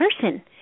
person